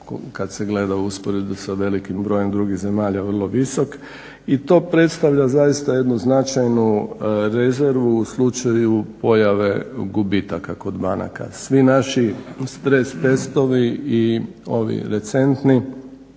kad se gleda u usporedbi sa velikim brojem drugih zemalja vrlo visok i to predstavlja zaista jednu značajnu rezervu u slučaju pojave gubitaka kod banaka. Svi naši stres testovi i ovi recentni